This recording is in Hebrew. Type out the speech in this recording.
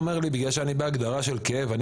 בגלל שאני בהגדרה של כאב אתה אומר לי